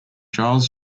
gilles